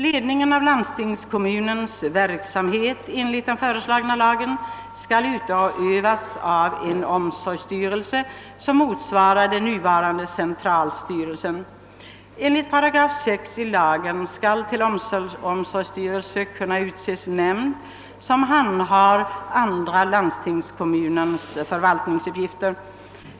Ledning av landstingskommunens verksamhet skall enligt lagförslaget utövas av en omsorgsstyrelse, som motsvarar den nuvarande centralstyrelsen. Enligt 6 8 i lagen skall till omsorgsstyrelse kunna utses nämnd som handhar andra landstingskommunens förvaltningsuppgifter.